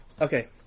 Okay